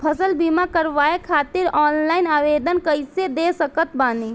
फसल बीमा करवाए खातिर ऑनलाइन आवेदन कइसे दे सकत बानी?